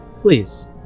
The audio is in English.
Please